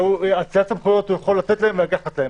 אצילת סמכויות הוא יכול לתת להם ולקחת מהם.